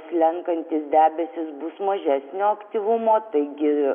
slenkantys debesys bus mažesnio aktyvumo taigi